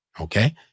Okay